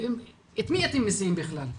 ואת מי אתם מסיעים בכלל.